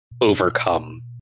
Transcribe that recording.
overcome